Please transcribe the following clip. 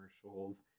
commercials